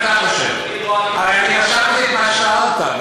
הרי אני רשמתי את מה שאמרת,